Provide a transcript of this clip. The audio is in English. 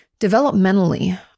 Developmentally